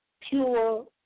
pure